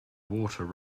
water